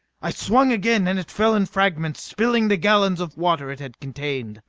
i swung again and it fell in fragments, spilling the gallons of water it had contained.